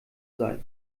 sei